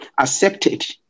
accepted